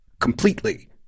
completely